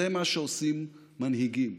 זה מה שעושים מנהיגים,